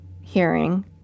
hearing